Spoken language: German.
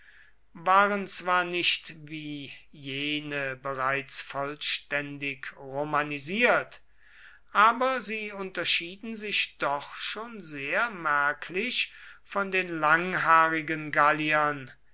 waren zwar nicht wie jene bereits vollständig romanisiert aber sie unterschieden sich doch schon sehr merklich von den